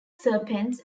serpents